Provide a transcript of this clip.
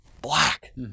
black